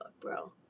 bro